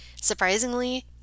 surprisingly